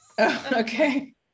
okay